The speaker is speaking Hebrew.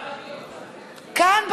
כאן,